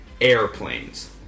airplanes